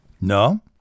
No